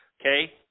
okay